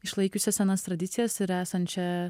išlaikiusią senas tradicijas ir esančią